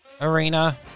arena